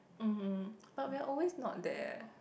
mm but we are always not there